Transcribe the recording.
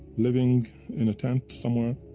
living in a tent somewhere,